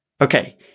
Okay